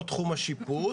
לא תחום השיפוט.